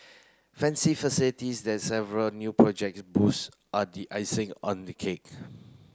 fancy facilities that several new projects boost are the icing on the cake